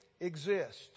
Exist